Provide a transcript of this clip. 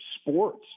sports